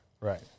right